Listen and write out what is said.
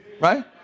right